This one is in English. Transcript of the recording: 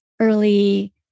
early